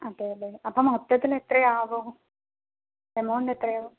അതേല്ലേ അപ്പം മൊത്തത്തില് എത്രയാവും എമൗണ്ട് എത്രയാവും